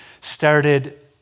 started